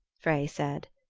frey said.